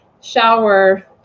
shower